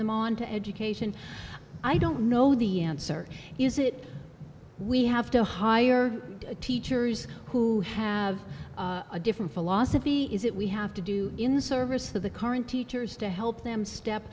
them on to education i don't know the answer is it we have to hire teachers who have a different philosophy is it we have to do in the service of the current teachers to help them step